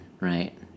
right